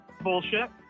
Bullshit